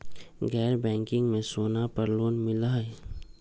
गैर बैंकिंग में सोना पर लोन मिलहई?